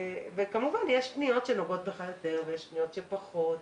כמובן יש פניות שנוגעות בך יותר ויש פניות שפחות.